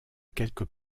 quelques